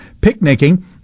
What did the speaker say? picnicking